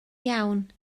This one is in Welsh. iawn